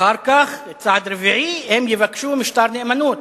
אחר כך, צעד רביעי, הם יבקשו משטר נאמנות,